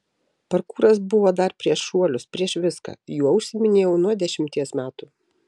parkūras buvo dar prieš šuolius prieš viską juo užsiiminėjau nuo dešimties metų